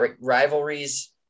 rivalries